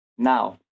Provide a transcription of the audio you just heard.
Now